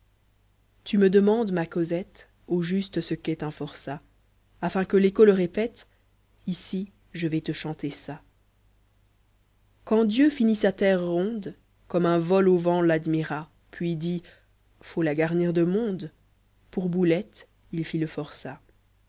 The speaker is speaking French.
tu me demandes ma cosette au juste ce qu'est un forçat afin que l'écho le répète i ici je vais'te chanter ça quand dieu finit sa terre ronde comme un vol au vent l'admira puis dit faut la garnir de monde pour boulettes il fit lé forçat